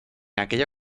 aquella